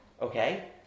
Okay